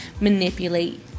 manipulate